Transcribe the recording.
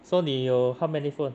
so 你有 how many phone